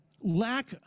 lack